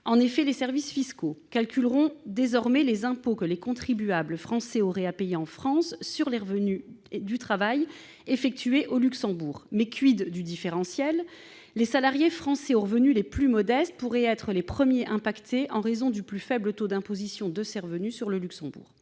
en effet, les services fiscaux calculeront désormais les impôts que les contribuables français ont à payer en France sur les revenus du travail effectué au Luxembourg. Mais du différentiel ? Les salariés français aux revenus les plus modestes pourraient être les premiers impactés, en raison du plus faible taux d'imposition sur ces revenus au Luxembourg.